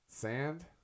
sand